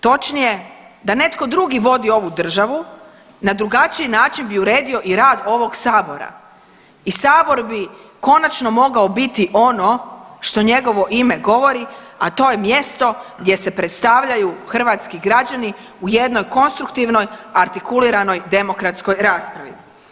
Točnije, da netko drugi vodi ovu državu na drugačiji način bi uredio i rad ovog sabora i sabor bi konačno mogao biti ono što njegovo ime govori, a to je mjesto gdje se predstavljaju hrvatski građani u jednoj konstruktivnoj, artikuliranoj, demokratskoj raspravi.